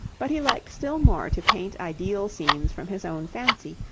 but he liked still more to paint ideal scenes from his own fancy,